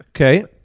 Okay